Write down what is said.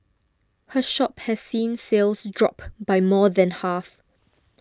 her shop has seen sales drop by more than half